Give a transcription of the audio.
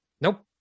Nope